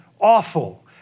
awful